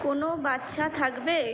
কোনো বাচ্চা থাকবে